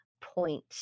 point